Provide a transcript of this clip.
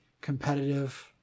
competitive